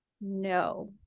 No